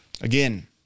Again